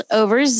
over